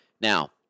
Now